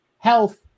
Health